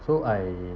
so I